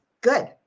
good